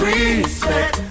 Respect